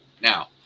Now